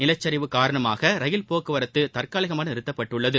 நிலச்சரிவு காரணமாக ரயில் போக்குவரத்து தற்காலிகமாக நிறுத்தப்பட்டுள்ளது